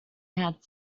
had